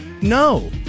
No